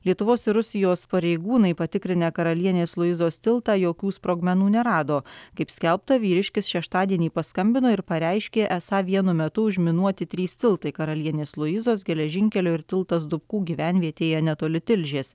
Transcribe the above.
lietuvos ir rusijos pareigūnai patikrinę karalienės luizos tiltą jokių sprogmenų nerado kaip skelbta vyriškis šeštadienį paskambino ir pareiškė esą vienu metu užminuoti trys tiltai karalienės luizos geležinkelio ir tiltas dupkų gyvenvietėje netoli tilžės